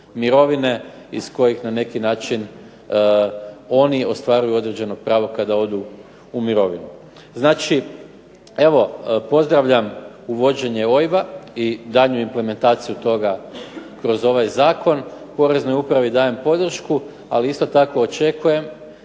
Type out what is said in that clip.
iz kojih na neki način oni ostvaruju određeno pravo kada odu u mirovinu. Znači, evo pozdravljam uvođenje OIB-a i daljnju implementaciju toga kroz ovaj zakon, poreznoj upravi dajem podršku, ali isto tako očekujem